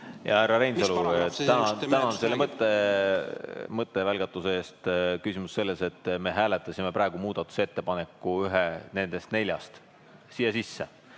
Jaa, härra Reinsalu, tänan selle mõttevälgatuse eest! Küsimus on selles, et me hääletasime praegu ühe muudatusettepaneku, ühe nendest neljast siia sisse.